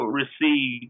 receive